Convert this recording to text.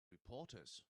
reporters